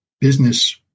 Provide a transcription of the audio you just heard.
business